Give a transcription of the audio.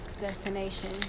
destination